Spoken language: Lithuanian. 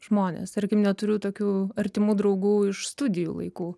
žmonės tarkim neturiu tokių artimų draugų iš studijų laikų